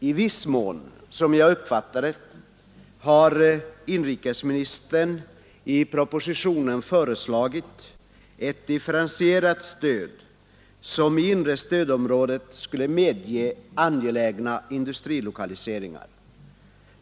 I viss mån har, som jag uppfattar det, inrikesministern i propositionen föreslagit ett differentierat stöd, som i inre stödområdet skulle medge angelägna industrilokaliseringar.